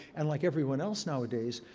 and like everyone else nowadays,